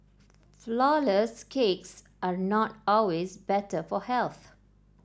flourless cakes are not always better for health